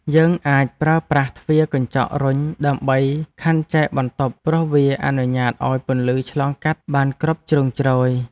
យើងអាចប្រើប្រាស់ទ្វារកញ្ចក់រុញដើម្បីខណ្ឌចែកបន្ទប់ព្រោះវាអនុញ្ញាតឱ្យពន្លឺឆ្លងកាត់បានគ្រប់ជ្រុងជ្រោយ។